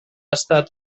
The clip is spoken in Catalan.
estat